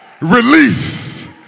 Release